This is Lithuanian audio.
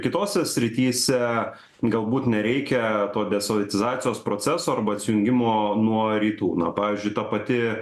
kitose srityse galbūt nereikia to desovietizacijos proceso arba atsijungimo nuo rytų na pavyzdžiui ta pati